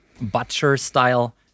Butcher-style